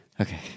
Okay